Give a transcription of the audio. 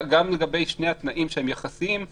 זה כתוב גם במרכז המידע הלאומי שהוציאו היום.